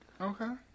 Okay